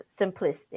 simplistic